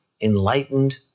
enlightened